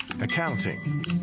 accounting